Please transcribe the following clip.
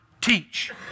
teach